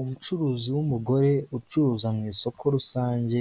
Umucuruzi w'umugore ucuruza mu isoko rusange